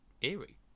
eerie